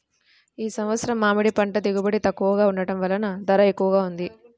ఈ సంవత్సరం మామిడి పంట దిగుబడి తక్కువగా ఉండటం వలన ధర ఎక్కువగా ఉంది